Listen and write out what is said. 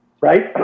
Right